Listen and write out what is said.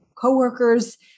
coworkers